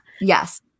Yes